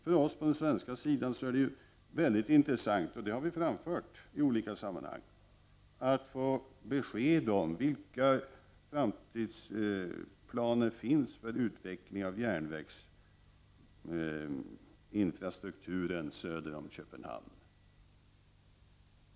För oss på den svenska sidan är det intressant — och det har vi framfört i olika sammanhang — att få besked om vilka framtidsplaner som finns för utveckling av järnvägsinfrastrukturen söder om Köpenhamn.